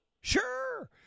Sure